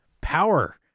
power